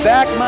Back